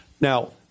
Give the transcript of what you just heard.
Now